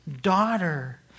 daughter